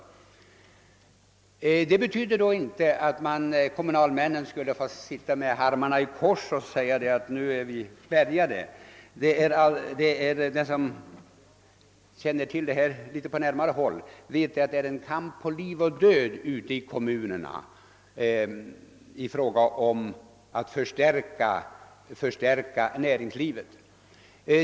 Detta betyder inte att kommunalmännen skulle få sitta med armarna i kors och säga: Nu är vi bärgade. Den som känner till detta på närmare håll vet att det förs en kamp på liv och död ute i kommunerna när det gäller att förstärka näringslivet.